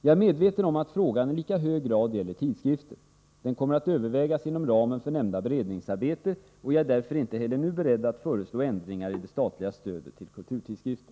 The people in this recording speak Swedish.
Jag är medveten om att frågan i lika hög grad gäller tidskrifter. Den kommer att övervägas inom ramen för nämnda beredningsarbete. Jag är därför inte heller nu beredd att föreslå ändringar i det statliga stödet till kulturtidskrifter.